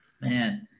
man